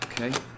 okay